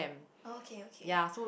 oh okay okay